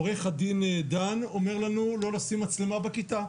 עורך הדין דן חי אומר לנו לא לשים מצלמה בכיתה.